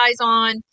on